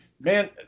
Man